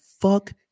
fuck